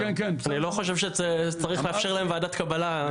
אני לא חושב שצריך לאפשר להם ועדת קבלה.